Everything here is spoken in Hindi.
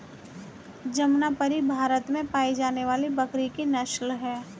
जमनापरी भारत में पाई जाने वाली बकरी की नस्ल है